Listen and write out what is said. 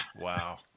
Wow